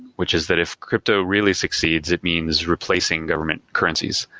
which is that if crypto really succeeds, it means replacing government currencies,